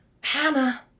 Hannah